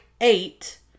eight